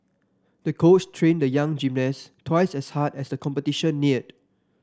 the coach trained the young gymnast twice as hard as the competition neared